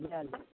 लै लेब